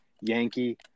Yankee